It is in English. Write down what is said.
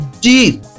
deep